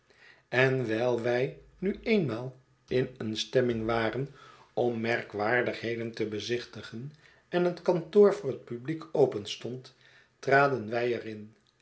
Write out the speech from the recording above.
en wijl wij nu eenmaal in een stemming waren om merkwaardigheden te bezichtigen en het kantoor voor het publiek openstond traden wij er